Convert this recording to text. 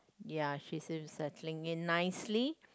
ya she seems settling in nicely